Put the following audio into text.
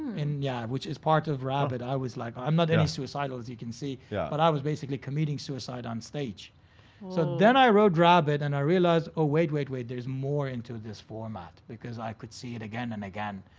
and yeah, which is part of rabbit. i was like. i'm not any suicidal as you can see, yeah but i was basically committing suicide on stage so then i wrote rabbit and i realized, oh wait, wait, wait, there's more and to this format. because i could see it again and again,